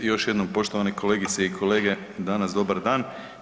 Još jednom poštovane kolegice i kolege danas dobar dan.